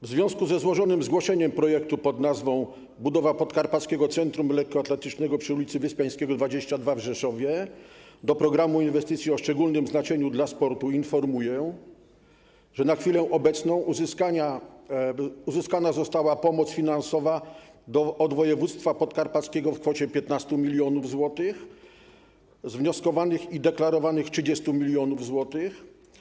W związku ze złożonym zgłoszeniem projektu pn. budowa Podkarpackiego Centrum Lekkoatletycznego przy ul. Wyspiańskiego 22 w Rzeszowie do programu inwestycji o szczególnym znaczeniu dla sportu informuję, że na chwilę obecną uzyskana została pomoc finansowa od województwa podkarpackiego w kwocie 15 mln zł, z wnioskowanych i deklarowanych 30 mln zł.